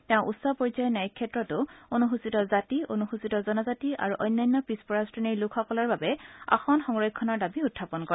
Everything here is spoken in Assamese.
তেওঁ উচ্চ পৰ্যায়ৰ ন্যায়িক ক্ষেত্ৰতো অনুসূচিত জাতি অনুসূচিত জনজাতি আৰু অন্যান্য পিছপৰা শ্ৰেণীৰ লোকসকলৰ বাবে আসন সংৰক্ষণৰ দাবী উখাপন কৰে